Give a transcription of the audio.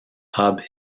hub